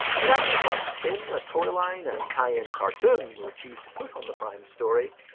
exactly what spin the toyline and tie-in cartoon will choose to put on the primes' story,